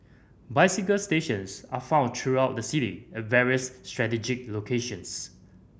bicycle stations are found throughout the city at various strategic locations